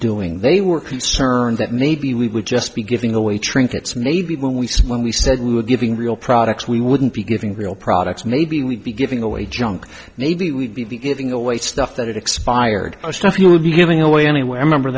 doing they were concerned that maybe we would just be giving away trinkets maybe when we say when we said we were giving real products we wouldn't be giving real products maybe we'd be giving away junk maybe we'd be the giving away stuff that expired stuff you would be giving away anywhere remember